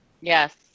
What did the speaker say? Yes